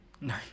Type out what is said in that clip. No